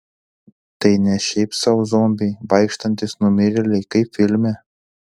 tai ne šiaip sau zombiai vaikštantys numirėliai kaip filme